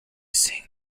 sing